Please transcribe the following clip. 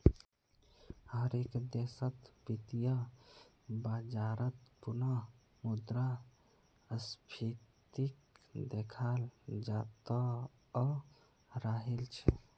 हर एक देशत वित्तीय बाजारत पुनः मुद्रा स्फीतीक देखाल जातअ राहिल छे